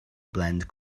blend